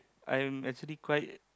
I'm actually quite